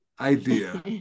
idea